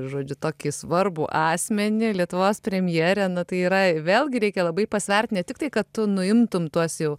žodžiu tokį svarbų asmenį lietuvos premjerę na tai yra vėlgi reikia labai pasvert ne tik tai kad nuimtum tuos jau